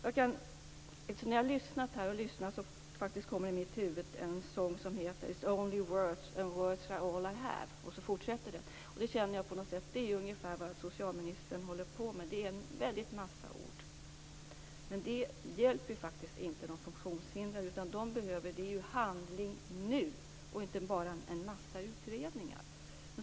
När jag lyssnar på det här kommer det i mitt huvud upp en sång: It's only words, and words are all I have. Jag känner att det är ungefär så med socialministern: Det är en väldig massa ord. Det hjälper dock inte de funktionshindrade, utan vad de behöver är handling nu - inte bara en massa utredningar.